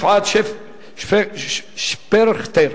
יפעת שפרכר,